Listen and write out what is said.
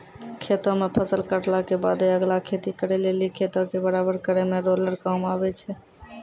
खेतो मे फसल काटला के बादे अगला खेती करे लेली खेतो के बराबर करै मे रोलर काम आबै छै